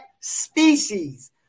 Species